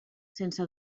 sense